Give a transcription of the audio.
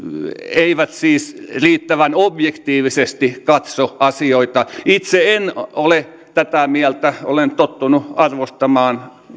eivät siis riittävän objektiivisesti katso asioita itse en ole tätä mieltä olen tottunut arvostamaan